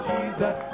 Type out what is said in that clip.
Jesus